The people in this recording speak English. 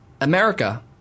America